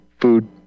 food